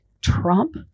Trump